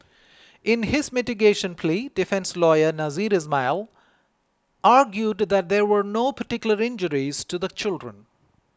in his mitigation plea defence lawyer Nasser Ismail argued that there were no particular injuries to the children